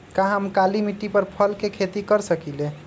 का हम काली मिट्टी पर फल के खेती कर सकिले?